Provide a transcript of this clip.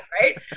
right